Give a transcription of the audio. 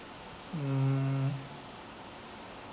mm